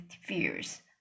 fears